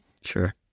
sure